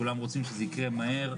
כולם רוצים שזה יקרה מהר,